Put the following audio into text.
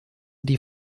die